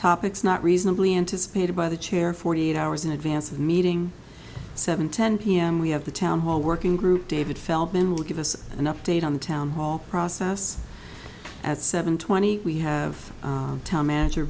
topics not reasonably anticipated by the chair forty eight hours in advance of meeting seven ten pm we have the town hall working group david feldman will give us an update on the town hall process at seven twenty we have town manager